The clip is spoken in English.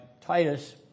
Titus